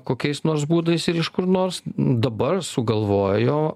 kokiais nors būdais ir iš kur nors dabar sugalvojo